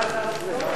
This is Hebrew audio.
אני אקצר.